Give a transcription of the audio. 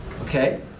okay